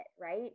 right